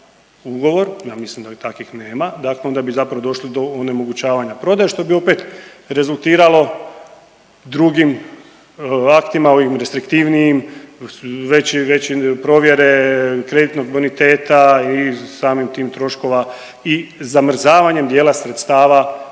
ugovor, ja mislim da takvih nema. Dakle, onda bi zapravo došli do onemogućavanja prodaje što bi opet rezultiralo drugim aktima ovim restriktivnijim, većim provjere kreditnog boniteta i samim tim troškova i zamrzavanjem dijela sredstava koje